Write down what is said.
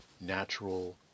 natural